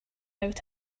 out